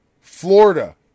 Florida